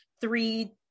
three